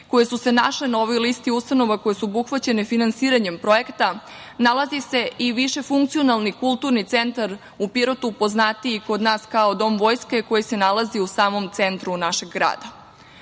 koje su se našle na ovoj listi ustanova koje su obuhvaćene finansiranjem projekta, nalazi se i više funkcionalni Kulturni centar u Pirotu, poznatiji kod nas kao Dom vojske koji se nalazi u samom centru našeg